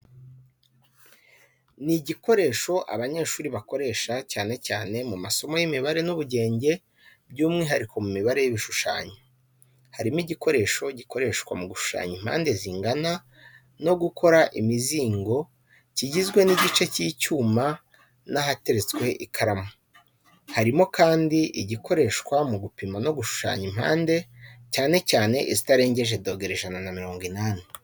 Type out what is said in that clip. Ni igikoresho abanyeshuri bakoresha cyane cyane mu masomo y’imibare n’ubugenge by’umwihariko mu mibare y’ibishushanyo. Harimo igikoresho gikoreshwa mu gushushanya impande zingana no gukora imizingo kigizwe n’igice cy’icyuma n’ahateretswe ikaramu. Harimo kandi igikoreshwa mu gupima no gushushanya impande cyane cyane izitarenze 180°.